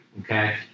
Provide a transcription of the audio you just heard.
okay